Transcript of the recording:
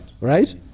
right